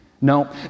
No